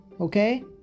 Okay